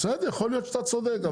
בסדר, יכול להיות שאתה צודק.